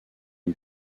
une